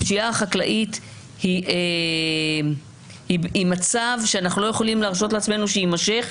הפשיעה החקלאית היא מצב שאנחנו לא יכולים להרשות לעצמו שיימשך,